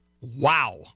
Wow